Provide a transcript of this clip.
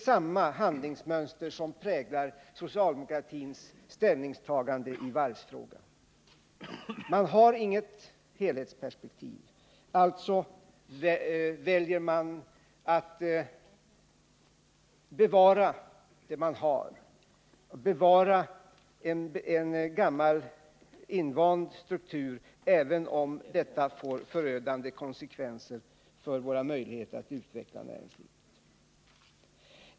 Samma handlingsmönster präglar socialdemokratins ställningstagande i varvsfrågan. Man har inget helhetsperspektiv, allså väljer man att bevara det man har, att bevara en gammal invand struktur, även om detta får förödande konsekvenser för våra möjligheter att utveckla näringslivet.